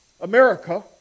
America